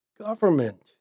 government